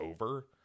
over